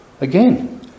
Again